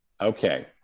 Okay